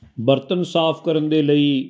ਬਰਤਨ ਸਾਫ਼ ਕਰਨ ਦੇ ਲਈ